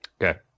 Okay